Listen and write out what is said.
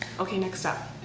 okay next up